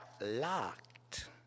locked